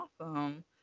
awesome